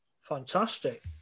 Fantastic